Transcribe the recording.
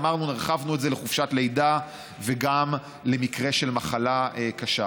והרחבנו את זה לחופשת לידה וגם למקרה של מחלה קשה.